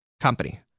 Company